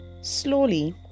Slowly